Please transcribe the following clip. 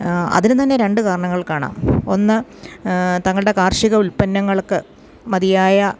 അതിനും തന്നെ രണ്ട് കാരണങ്ങൾ കാണാം ഒന്ന് തങ്ങളുടെ കാർഷിക ഉൽപ്പന്നങ്ങൾക്ക് മതിയായ